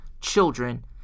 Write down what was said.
children